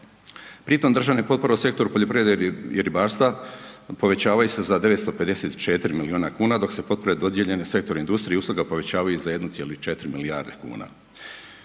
Pri tom državne potpore u sektoru poljoprivrede i ribarstva povećavaju se za 954 milijuna kuna dok se potpore dodijeljene sektoru industrije i usluga povećavaju za 1,4 milijarde kuna.